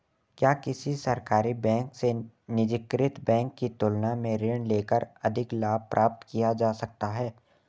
क्या किसी सरकारी बैंक से निजीकृत बैंक की तुलना में ऋण लेकर अधिक लाभ प्राप्त किया जा सकता है?